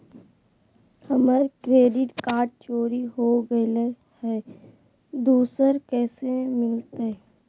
हमर credit card चोरी हो गेलय हई, दुसर कैसे मिलतई?